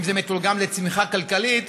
אם זה מתורגם לצמיחה כלכלית,